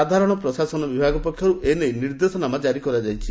ସାଧାରଣ ପ୍ରଶାସନ ବିଭାଗ ପକ୍ଷରୁ ଏ ନେଇ ନିର୍ଦ୍ଦେଶନାମା କାରି କରାଯାଇଛି